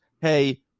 hey